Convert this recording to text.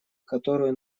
которую